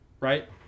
Right